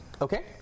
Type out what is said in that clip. Okay